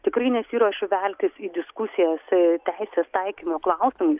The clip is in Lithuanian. tikrai nesiruošiu veltis į diskusijas teisės taikymo klausimais